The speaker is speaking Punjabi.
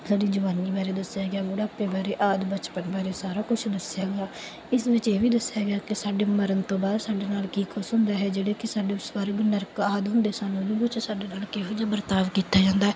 ਸਾਡੀ ਜਵਾਨੀ ਬਾਰੇ ਦੱਸਿਆ ਗਿਆ ਬੁਢਾਪੇ ਬਾਰੇ ਆਦਿ ਬਚਪਨ ਬਾਰੇ ਸਾਰਾ ਕੁਛ ਦੱਸਿਆ ਗਿਆ ਇਸ ਵਿੱਚ ਇਹ ਵੀ ਦੱਸਿਆ ਗਿਆ ਕਿ ਸਾਡੇ ਮਰਨ ਤੋਂ ਬਾਅਦ ਸਾਡੇ ਨਾਲ ਕੀ ਕੁਛ ਹੁੰਦਾ ਹੈ ਜਿਹੜੇ ਕਿ ਸਾਡੇ ਸਵਰਗ ਨਰਕ ਆਦਿ ਹੁੰਦੇ ਸਨ ਉਹਦੇ ਵਿੱਚ ਸਾਡੇ ਨਾਲ ਕਿਹੋ ਜਿਹਾ ਵਰਤਾਅ ਕੀਤਾ ਜਾਂਦਾ